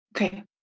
Okay